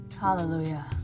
Hallelujah